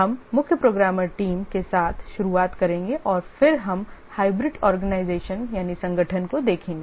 हम मुख्य programmer team के साथ शुरुआत करेंगे और फिर हम हाइब्रिड संगठन को देखेंगे